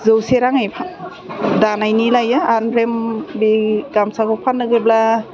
जौसे राङै दानायनि लायो ओमफ्राय बे गामसाखौ फाननो होब्ला